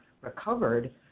recovered